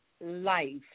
life